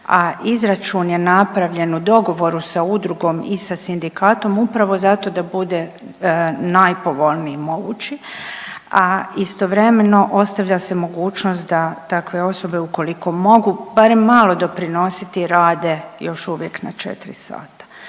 a izračun je napravljen u dogovoru sa udrugom i sa Sindikatom upravo zato da bude najpovoljniji mogući, a istovremeno ostavlja se mogućnost da takve osobe, koliko mogu, barem malo doprinositi, rade još uvijek na 4 sata.